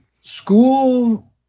school